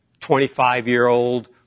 25-year-old